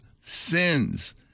sins